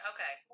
Okay